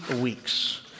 weeks